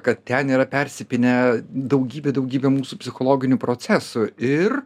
kad ten yra persipynę daugybė daugybė mūsų psichologinių procesų ir